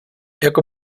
jako